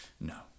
No